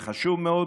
וחשוב מאוד,